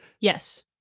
Yes